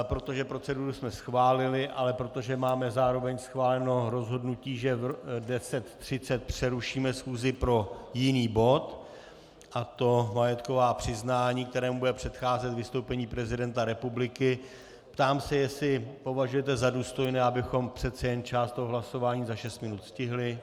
Protože proceduru jsme schválili, ale protože máme zároveň schváleno rozhodnutí, že v 10.30 přerušíme schůzi pro jiný bod, a to majetková přiznání, kterému bude předcházet vystoupení prezidenta republiky, ptám se, jestli považujete za důstojné, abychom přece jen část hlasování za šest minut stihli.